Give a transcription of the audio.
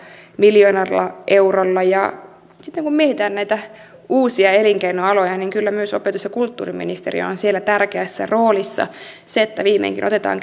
miljoonalla eurolla ja sitten kun mietitään näitä uusia elinkeinoaloja niin kyllä myös opetus ja kulttuuriministeriö on siellä tärkeässä roolissa se että viimeinkin otetaan